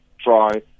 try